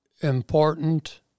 important